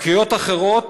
בתקריות אחרות